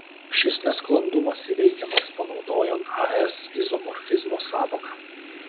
šis nesklandumas įveikiamas panaudojant as izomorfizmo sąvoką